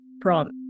prompt